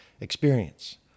experience